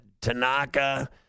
Tanaka